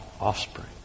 offspring